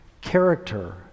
character